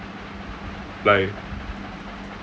like